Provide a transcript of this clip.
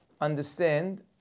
understand